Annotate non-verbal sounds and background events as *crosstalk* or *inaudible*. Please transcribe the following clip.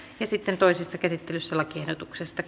ja sitten toisessa käsittelyssä lakiehdotuksesta *unintelligible*